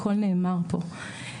הכל נאמר פה.